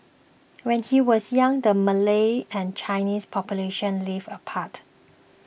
when he was young the Malay and Chinese populations lived apart